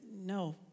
no